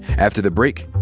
after the break,